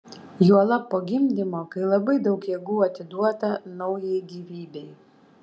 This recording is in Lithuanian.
juolab po gimdymo kai labai daug jėgų atiduota naujai gyvybei